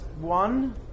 one